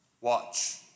Watch